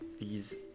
these-